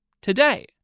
today